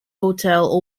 hotel